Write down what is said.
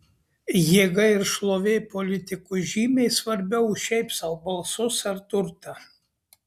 jėga ir šlovė politikui žymiai svarbiau už šiaip sau balsus ar turtą